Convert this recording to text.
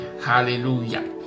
Hallelujah